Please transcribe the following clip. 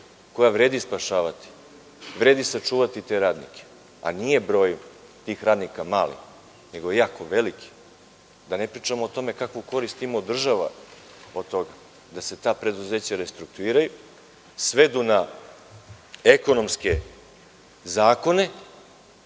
koja vredi spašavati, vredi sačuvati te radnike, a broj tih radnika nije mali, nego je jako veliki, da ne pričamo o tome kakvu korist ima država od toga da se ta preduzeća restrukturiraju, svedu na ekonomske zakone